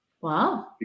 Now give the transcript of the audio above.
Wow